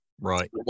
right